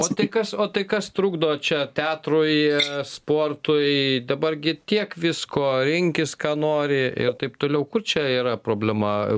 o tai kas o tai kas trukdo čia teatrui sportui dabar gi tiek visko rinkis ką nori ir taip toliau kur čia yra problema